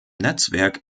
netzwerk